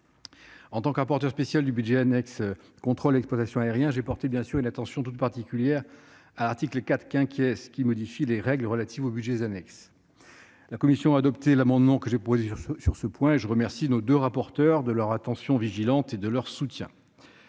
En tant que rapporteur spécial du budget annexe « Contrôle et exploitation aériens » (Bacea), j'ai bien sûr porté une attention toute particulière à l'article 4 de la proposition de loi organique, tendant à modifier les règles relatives aux budgets annexes. La commission a adopté l'amendement que j'ai déposé sur ce point, et je remercie nos deux rapporteurs de leur attention vigilante et de leur soutien.